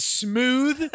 smooth